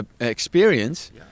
experience